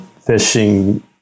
fishing